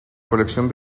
colección